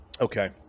Okay